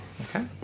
Okay